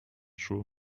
schuhe